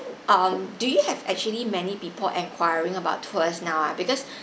um do you have actually many people enquiring about tours now ah because